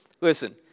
Listen